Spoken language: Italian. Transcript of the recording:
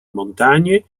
montagne